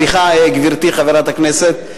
סליחה, גברתי, חברת הכנסת.